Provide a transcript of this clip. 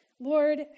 Lord